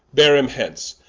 beare him hence,